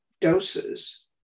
doses